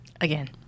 Again